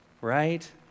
right